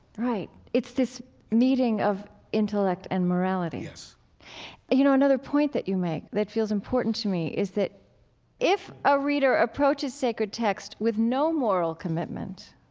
right. it's this meeting of intellect and morality yes you know, another point that you make that feels important to me is that if a reader approaches sacred text with no moral commitment,